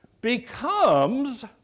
becomes